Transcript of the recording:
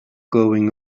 going